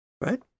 Right